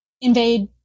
Invade